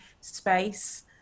space